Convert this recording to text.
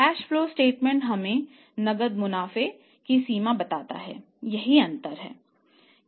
cash flow statement हमें नकद मुनाफे की सीमा बताता है यही अंतर है